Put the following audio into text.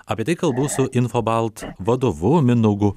apie tai kalbu su infobalt vadovu mindaugu